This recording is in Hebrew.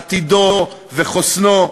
עתידו וחוסנו,